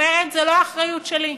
אומרת: זה לא האחריות שלי.